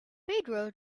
pedro